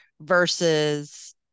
versus